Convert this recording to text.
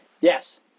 Yes